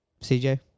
CJ